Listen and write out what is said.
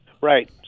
Right